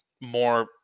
more